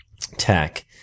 tech